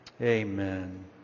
Amen